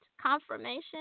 confirmation